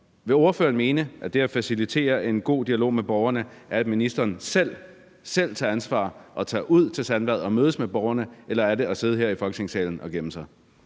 Vil ordføreren mene, at det at facilitere en god dialog med borgerne er, at ministeren selv tager ansvar og tager ud til Sandvad og mødes med borgerne, eller er det at sidde her i Folketingssalen og gemme sig?